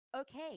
Okay